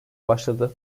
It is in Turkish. başladı